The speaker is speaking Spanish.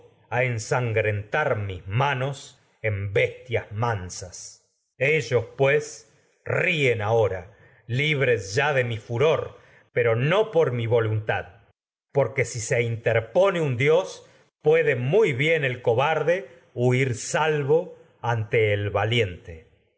a ensan grentar mis manos en bestias mansas ellos pues ríen ahora libres ya de mi furor pero no porque barde por mi voluntad muy si se interpone un dios ante puede y bien el co qué he de huir salvo el valiente